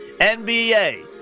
NBA